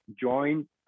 join